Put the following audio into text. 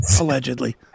allegedly